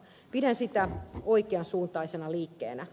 pidän sitä oikean suuntaisena liikkeenä